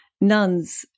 nuns